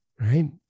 Right